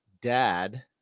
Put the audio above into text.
dad